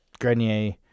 Grenier